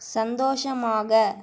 சந்தோஷமாக